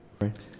Right